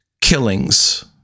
killings